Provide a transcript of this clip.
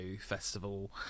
festival